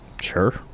Sure